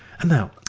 and now,